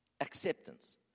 Acceptance